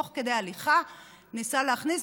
תוך כדי הליכה הוא ניסה להכניס,